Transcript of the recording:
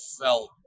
felt